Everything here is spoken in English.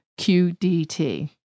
QDT